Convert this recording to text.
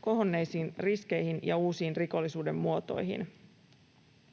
kohonneisiin riskeihin ja uusiin rikollisuuden muotoihin.